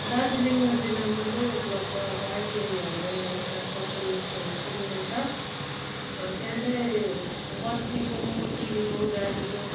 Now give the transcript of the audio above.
दार्जिलिङ जिल्लामा चाहिँ उपलब्ध अब आइटिआई हाम्रो यहाँनिर खरसाङ छेउ टुङमा छ त्यहाँ चाहिँ बत्तीको टिभीको गाडीको